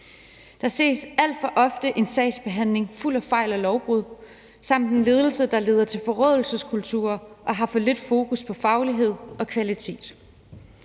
Der ses alt for ofte en sagsbehandling fuld af fejl og lovbrud samt en ledelse, der leder til forråelseskulturer og har for lidt fokus på faglighed og kvalitet.